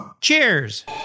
Cheers